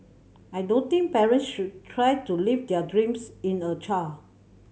I don't think parents should try to live their dreams in a child